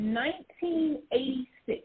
1986